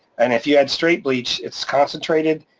and if you had straight bleach, it's concentrated,